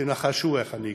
תנחשו איך הגבתי.